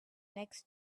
next